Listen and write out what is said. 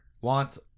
wants